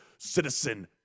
Citizen